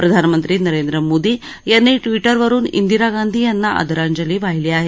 प्रधानमंत्री नरेंद्र मोदी यांनी ट्वि रवरुन इंदिरा गांधी यांना आदरांजली वाहिली आहे